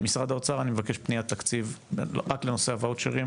משרד האוצר אני מבקש פניית תקציב רק לנושא הוואוצ'רים,